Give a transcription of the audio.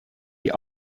die